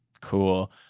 Cool